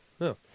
No